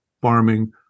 farming